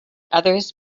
others